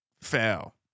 fail